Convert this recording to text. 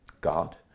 God